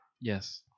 Yes